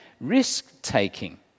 risk-taking